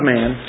Man